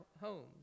homes